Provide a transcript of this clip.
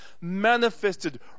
Manifested